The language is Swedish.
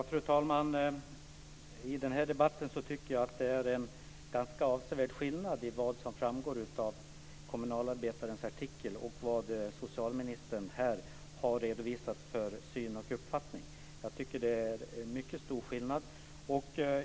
Fru talman! Jag tycker att det i den här debatten är en mycket stor skillnad mellan vad som framgår av Kommunalarbetarens artikel och den uppfattning som socialministern här har redovisat.